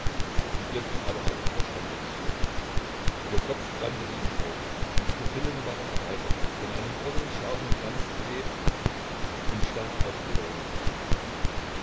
in ihr ging aber auch etwas anderes vor ihr kopf brannte wie im feuer die pupillen waren erweitert von einem irren scharfen glanz belebt und starr auf die wellen gerichtet